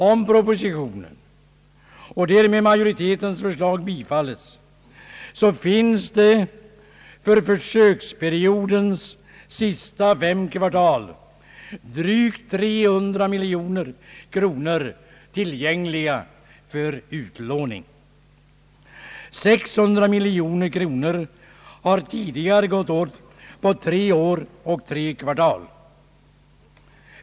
Om majoritetens förslag — och därmed propositionen — bifalles, finns det för försöksperiodens sista fem kvartal drygt 300 miljoner kronor tillgängliga för utlåning. 600 miljoner kronor har tidigare gått åt på tre år och tre kvartal.